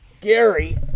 Gary